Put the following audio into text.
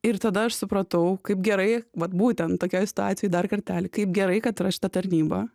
ir tada aš supratau kaip gerai vat būtent tokioj situacijoj dar kartelį kaip gerai kad yra šita tarnyba